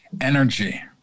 energy